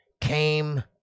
came